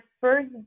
first